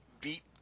beat